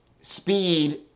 speed